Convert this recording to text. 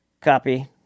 copy